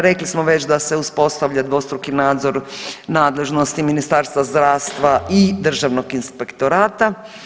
Rekli smo već da se uspostavlja dvostruki nadzor nadležnosti Ministarstva zdravstva i Državnog inspektorata.